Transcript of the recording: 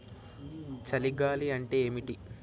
చలి గాలి అంటే ఏమిటి?